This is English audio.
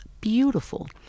beautiful